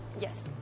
Yes